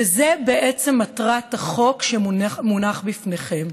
וזו בעצם מטרת החוק שמונח לפניכם.